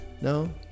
No